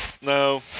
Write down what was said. No